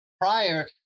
prior